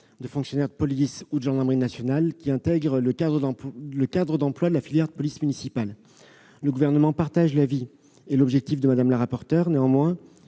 des fonctionnaires de police ou de gendarmerie nationale qui intègrent le cadre d'emploi de la filière de la police municipale. Le Gouvernement partage l'avis et l'objectif de la commission. Néanmoins,